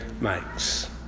makes